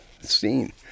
scene